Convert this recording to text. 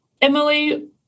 emily